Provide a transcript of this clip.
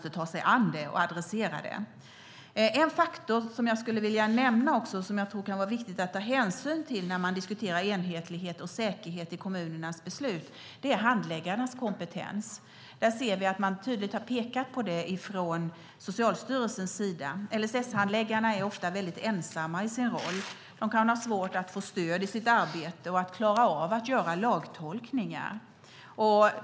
En faktor som jag vill nämna och som kan vara viktig att ta hänsyn till när man diskuterar enhetlighet och säkerhet i kommunernas beslut är handläggarnas kompetens. Socialstyrelsen har pekat på det. LSS-handläggarna är ofta ensamma i sin roll. De kan ha svårt att få stöd i sitt arbete och de kan ha svårt att göra lagtolkningar.